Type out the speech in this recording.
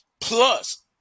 Plus